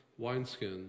wineskins